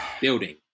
building